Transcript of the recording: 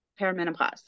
perimenopause